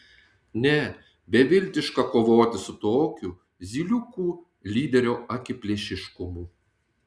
ne beviltiška kovoti su tokiu zyliukų lyderio akiplėšiškumu